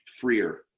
freer